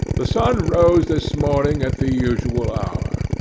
the sun rose this morning at the usual hour.